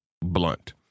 blunt